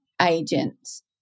agents